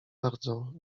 bardzo